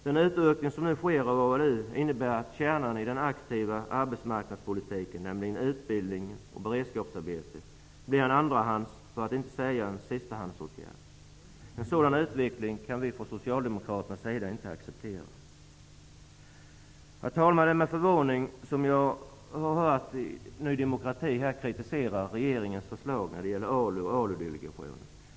Den utökning som nu sker av ALU innebär att kärnan i den aktiva arbetsmarknadspolitiken, nämligen utbildning och beredskapsarbeten, blir en andrahandsåtgärd -- för att inte säga sistahandsåtgärd. En sådan utveckling kan vi socialdemokrater inte acceptera. Herr talman! Det är med förvåning som vi har hört Ny demokrati här kritisera regeringens förslag när det gäller ALU och ALU-delegationen.